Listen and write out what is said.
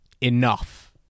enough